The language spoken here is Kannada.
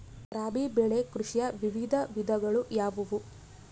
ರಾಬಿ ಬೆಳೆ ಕೃಷಿಯ ವಿವಿಧ ವಿಧಗಳು ಯಾವುವು?